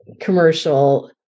commercial